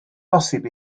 bosib